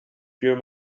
pure